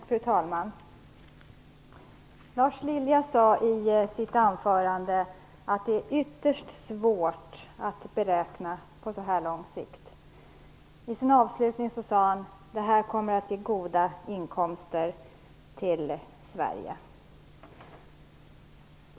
Fru talman! Lars Lilja sade i sitt anförande att det är ytterst svårt att göra beräkningar på så lång sikt. I sin avslutning sade han att det här kommer att ge goda inkomster till Sverige.